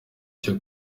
cyo